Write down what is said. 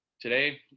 today